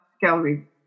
gallery